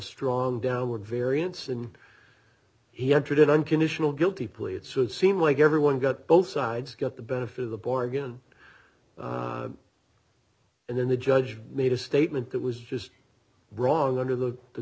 strong downward variance and he entered an unconditional guilty plea and so it seemed like everyone got both sides got the benefit of the bargain and then the judge made a statement that was just wrong under the the